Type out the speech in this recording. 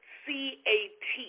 cat